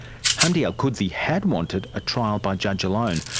hamdi alqudsi had wanted a trial by judge alone,